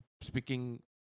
speaking